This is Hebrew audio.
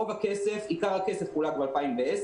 עיקר הכסף חולק ב-2010,